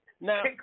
Now